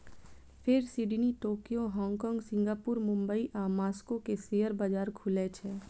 फेर Sydney, Tokyo, Hong Kong, Singapore, Mumbai आ Moscow के शेयर बाजार खुलै छै